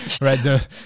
right